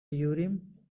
urim